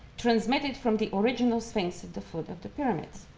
transmitted from the original sphinx at the foot of the pyramids.